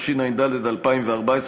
התשע"ד 2014,